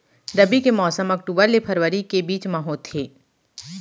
रबी के मौसम अक्टूबर ले फरवरी के बीच मा होथे